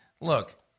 look